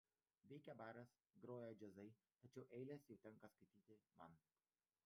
veikia baras groja džiazai tačiau eiles jau tenka skaityti man